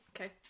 Okay